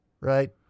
right